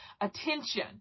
attention